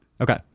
Okay